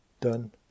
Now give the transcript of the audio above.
done